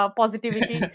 positivity